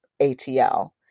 ATL